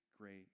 great